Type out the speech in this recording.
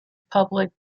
public